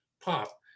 pop